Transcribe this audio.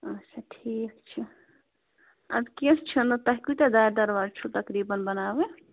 اَچھا ٹھیٖک چھُ اَدٕ کیٚنٛہہ چھُنہٕ تۄہہِ کۭتیٛاہ دارِ درواز چھِو تقریٖباً بناوٕنۍ